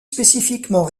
spécifiquement